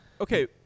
Okay